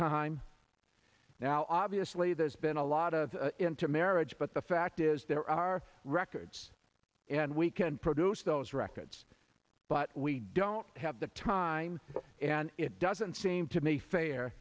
time now obviously there's been a lot of intermarriage but the fact is there are records and we can produce those records but we don't have the time and it doesn't seem to me fair